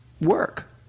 work